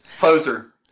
Poser